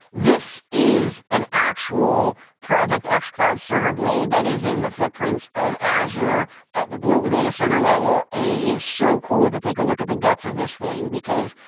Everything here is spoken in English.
this is an actual project xcloud server blade that is in the footprints of azure at the global data center level. and, it is so cool to take a look at the guts of this thing because,